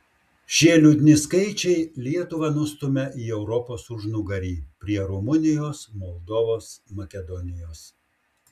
šie liūdni skaičiai lietuvą nustumia į europos užnugarį prie rumunijos moldovos makedonijos